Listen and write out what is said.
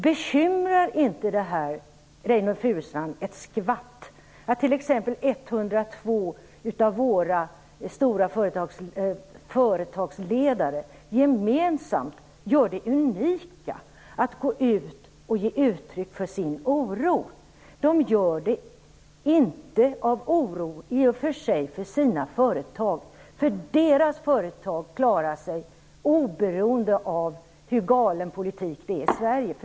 Bekymrar det inte Reynoldh Furustrand ett skvatt att 102 av våra företagsledare gemensamt gör det unika att gå ut och ge uttryck för sin oro? De gör det i och för sig inte av oro för sina egna företag, för deras företag klarar sig oberoende av hur galen politiken är i Sverige.